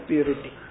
Purity